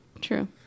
True